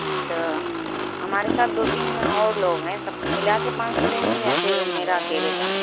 اچھا ہمارے ساتھ دو تین اور لوگ ہیں سب کا ملا کے پانچ سو لیں گے یا پھر میرا اکیلے کا